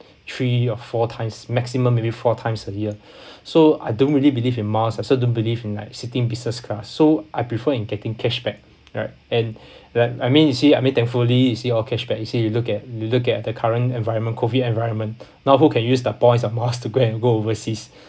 three or four times maximum maybe four times a year so I don't really believe in miles I also don't believe in like sitting business class so I prefer in getting cashback right and right I mean you see I mean thankfully you see all cashback you see you look at you look at the current environment COVID environment now who can use the points of miles to go and go overseas